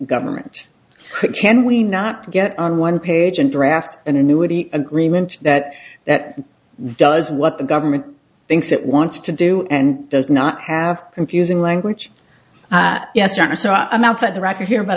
government can we not get on one page and draft an annuity agreement that that does what the government thinks it wants to do and does not have confusing language yes or no so i'm outside the record here but